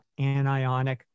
anionic